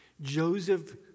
Joseph